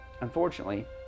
unfortunately